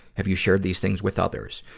have you shared these things with others.